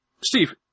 Steve